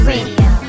Radio